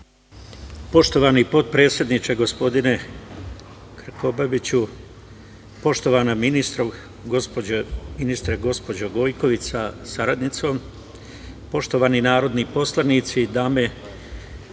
Poštovani potpredsedniče, gospodine Krkobabiću, poštovana ministarko, gospođo Gojković sa saradnicom, poštovani narodni poslanici, dame